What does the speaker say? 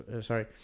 sorry